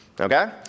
okay